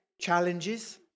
challenges